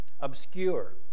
obscure